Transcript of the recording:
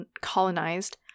colonized